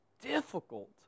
difficult